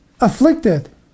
afflicted